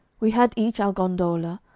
we had each our gondola,